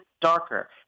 darker